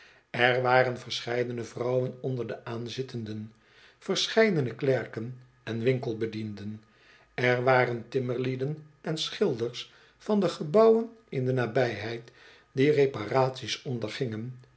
er waren verscheidene vrouwen onder de aanzittenden verscheidene klerken en winkelbedienden er waren timmerlieden en schilders van de gebouwen in de nabijheid die reparatie